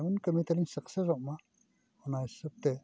ᱡᱮᱢᱚᱱ ᱠᱟᱹᱢᱤ ᱛᱟᱹᱞᱤᱧ ᱥᱟᱠᱥᱮᱥᱚᱜ ᱢᱟ ᱚᱱᱟ ᱦᱤᱥᱟᱹᱵᱽ ᱛᱮ